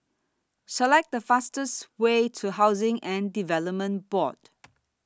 Select The fastest Way to Housing and Development Board